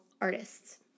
artists